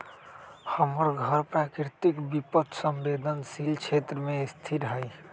हमर घर प्राकृतिक विपत संवेदनशील क्षेत्र में स्थित हइ